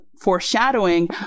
foreshadowing